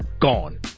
gone